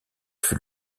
fut